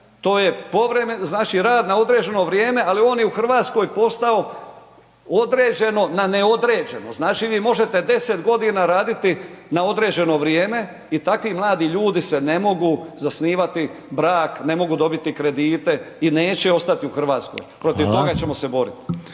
znači rad na određeno vrijeme, ali on je u RH postao određeno na neodređeno, znači vi možete 10.g. raditi na određeno vrijeme i takvi mladi ljudi se ne mogu zasnivati brak, ne mogu dobiti kredite i neće ostati u RH …/Upadica: Hvala/…protiv toga ćemo se borit.